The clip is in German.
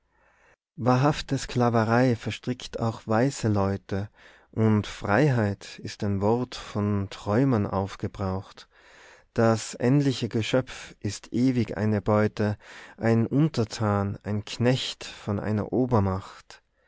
wahrhafte skalverei verstrickt auch weise leute und freiheit ist ein wort von träumern aufgebraucht das endliche geschöpf ist ewig eine beute ein untertan ein knecht von einer